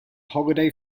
holiday